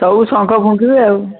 ସବୁ ଶଙ୍ଖ ଫୁଙ୍କିବେ ଆଉ